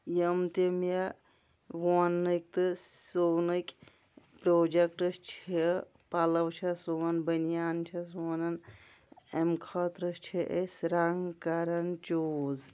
یِم تہِ مےٚ ووننٕکۍ تہٕ سُونٕکۍ پرٛوٚجکٹ چھِ پَلَو چھٮ۪س سُوان بٔنیان چھٮ۪س وونان اَمہِ خٲطرٕ چھِ أسۍ رنٛگ کَران چوٗز